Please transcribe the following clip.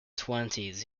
twenties